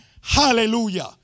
hallelujah